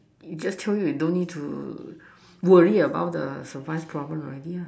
you just chill you don't need to worry about the survive problem already ah